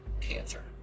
cancer